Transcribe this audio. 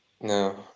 no